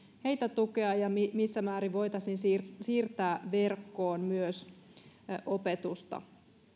heitä tukea ja missä määrin voitaisiin siirtää siirtää verkkoon opetusta